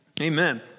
amen